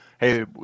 hey